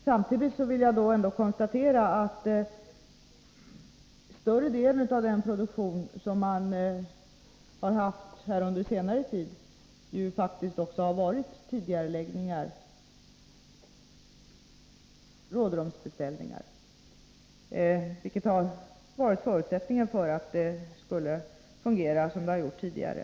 Samtidigt vill jag ändå konstatera att större delen av den produktion som man har haft under senare tid faktiskt har varit tidigareläggningar, rådrumsbeställningar, vilket har varit förutsättningen för att det skulle fungera som tidigare.